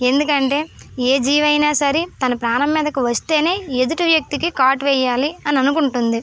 ఎందుకంటే ఏ జీవైన సరే తన ప్రాణం మీదకి వస్తేనే ఎదుటి వ్యక్తికి కాటు వేయాలి అని అనుకుంటుంది